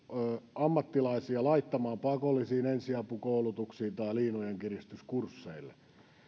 ammattilaisia laittamaan pakollisiin ensiapukoulutuksiin tai liinojenkiristyskursseille